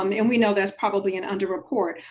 um and we know that's probably an under report,